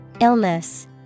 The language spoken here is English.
Illness